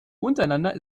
untereinander